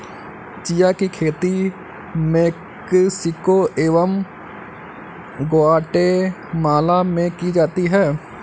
chia की खेती Mexico एवं ग्वाटेमाला में की जाती है